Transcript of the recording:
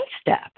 step